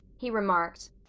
he remarked.